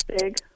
big